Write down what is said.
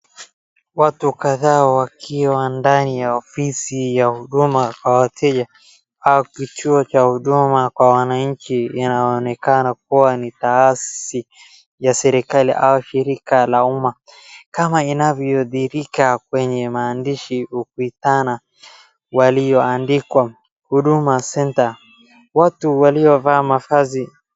Watu kadhaa wakiwa ndani ya ofisi ya huduma kwa wateja. Hapa ni kituo cha huduma kwa wananchi inaonekana kuwa ni tasi ya serikali au shirika la umma. Kama inavyodhirika kwenye maandishi ukutani ulioaandikwa Huduma Centre .